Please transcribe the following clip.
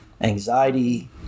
anxiety